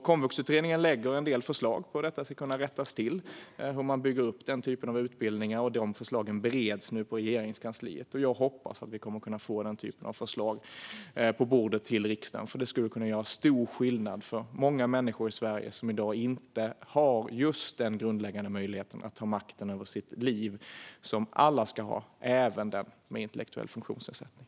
Komvuxutredningen lägger fram en del förslag på hur detta ska kunna rättas till och hur man bygger upp den typen av utbildningar. De förslagen bereds nu på Regeringskansliet, och jag hoppas att vi kommer att kunna få den typen av förslag på riksdagens bord, för det skulle kunna göra stor skillnad för många människor i Sverige som i dag inte har just den grundläggande möjligheten att ta makten över sitt liv som alla ska ha, även de med intellektuell funktionsnedsättning.